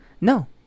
No